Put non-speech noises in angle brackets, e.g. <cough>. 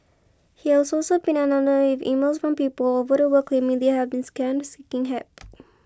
he also <unintelligible> been inundated and most of people all over the world claiming they have been scammed seeking help